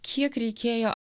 kiek reikėjo